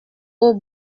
aux